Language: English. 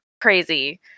crazy